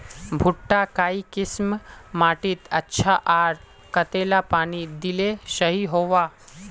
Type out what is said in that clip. भुट्टा काई किसम माटित अच्छा, आर कतेला पानी दिले सही होवा?